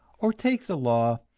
or take the law,